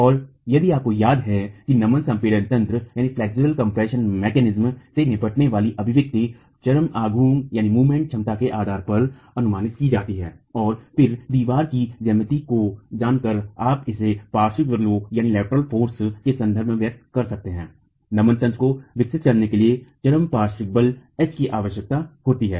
और यदि आपको याद है कि नमन संपीडन तंत्र से निपटने वाली अभिव्यक्ति चरम आघूर्ण क्षमता के आधार पर अनुमानित की जाती है और फिर दीवार की ज्यामिति को जानकर आप इसे पर्शिविक बालों के संदर्भ में व्यक्त कर सकते हैं नमन तंत्र को विकसित करने के लिए चरम पर्शिविक बालों H की आवश्यकता होती है